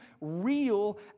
real